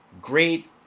great